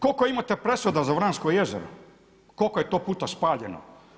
Koliko imate presuda za Vransko jezero, koliko je to puta spaljeno?